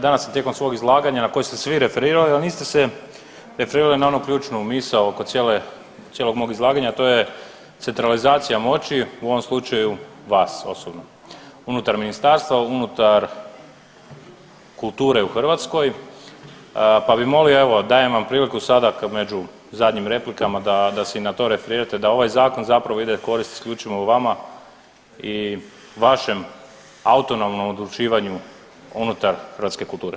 Danas ste tijekom svog izlaganja na koji ste se vi referirali, niste se referirali na onu ključnu misao oko cijele, cijelog mog izlaganja, a to je centralizacija moći, u ovom slučaju vas osobno unutar Ministarstva, unutar kulture u Hrvatskoj pa bi molio, evo, dajem vam priliku sada među zadnjim replikama da se i na to referirate, da ovaj Zakon zapravo ide u korist isključivo vama i vašem autonomnom odlučivanju unutar hrvatske kulture.